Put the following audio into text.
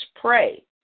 pray